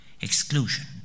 exclusion